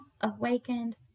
awakened